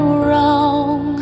wrong